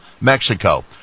Mexico